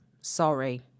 Sorry